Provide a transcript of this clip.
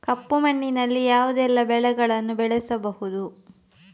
ಕಪ್ಪು ಮಣ್ಣಿನಲ್ಲಿ ಯಾವುದೆಲ್ಲ ಬೆಳೆಗಳನ್ನು ಬೆಳೆಸಬಹುದು?